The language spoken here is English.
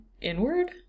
inward